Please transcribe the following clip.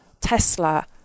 Tesla